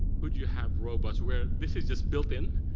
could you have robots where this is just built in?